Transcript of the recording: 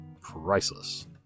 priceless